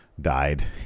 died